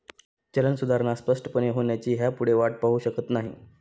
चलन सुधारणा स्पष्टपणे होण्याची ह्यापुढे वाट पाहु शकत नाही